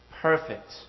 Perfect